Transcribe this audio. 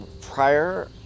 prior